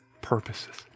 purposes